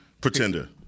Pretender